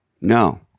no